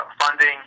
funding